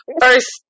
first